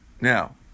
now